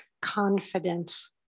confidence